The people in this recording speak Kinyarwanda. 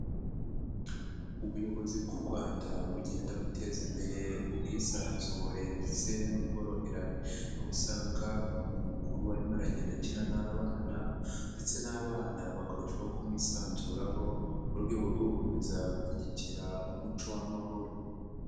Ubuyobozi bw'u Rwanda bugenda buteza imbere ubwisanzure ndetse n'ubworoherane aho usanga umuntu mukuru arimo aragenda akina n'abana ndetse n'abana bakarushaho kumwisanzuraho mu rwego rwo gukomeza gushyigikira umuco w'amahoro.